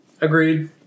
Agreed